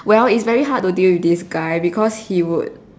well is very hard to deal with this guy because he would